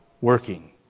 working